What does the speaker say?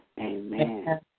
Amen